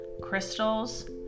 crystals